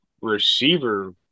receiver